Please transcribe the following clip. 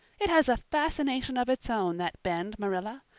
it has a fascination of its own, that bend, marilla.